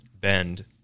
Bend